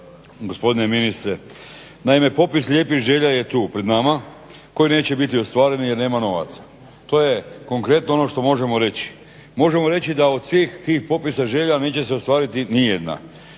Sabora. Gospodine ministre, naime popis lijepih želja je tu pred nama koje neće biti ostvarene jer nema novaca. To je konkretno ono što možemo reći. Možemo reći da od svih tih popisa želja neće se ostvariti nijedna.